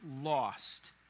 lost